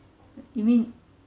you mean